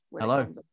Hello